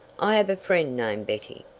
i have a friend named betty.